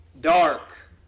Dark